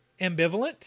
ambivalent